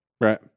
Right